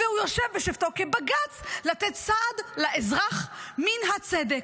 והוא יושב בשבתו כבג"ץ לתת סעד לאזרח מן הצדק,